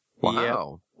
Wow